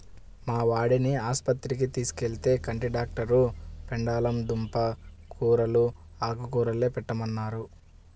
మా వాడిని ఆస్పత్రికి తీసుకెళ్తే, కంటి డాక్టరు పెండలం దుంప కూరలూ, ఆకుకూరలే పెట్టమన్నారు